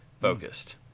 focused